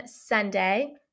Sunday